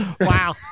Wow